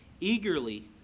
eagerly